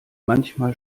manchmal